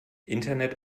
internet